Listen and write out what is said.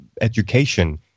education